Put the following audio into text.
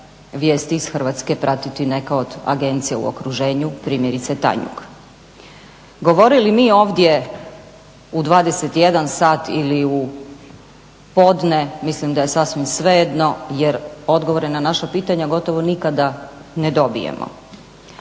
vijesti iz Hrvatske pratiti neka od agencija u okruženju, primjerice Tanjug. Govorili mi ovdje u 21 sat ili u podne mislim da je sasvim svejedno jer odgovore na naša pitanja gotovo nikada ne dobijemo.